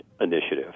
initiative